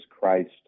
Christ